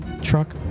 truck